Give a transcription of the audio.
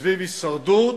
על הישרדות,